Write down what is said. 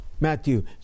Matthew